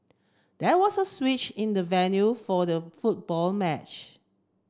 there was a switch in the venue for the football match